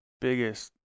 biggest